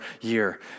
year